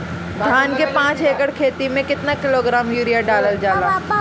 धान के पाँच एकड़ खेती में केतना किलोग्राम यूरिया डालल जाला?